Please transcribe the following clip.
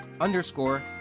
underscore